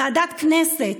ועדת הכנסת.